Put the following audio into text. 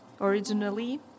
originally